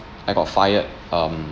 I got fired um